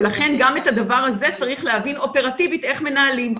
ולכן גם את הדבר הזה צריך להבין אופרטיבית איך מנהלים.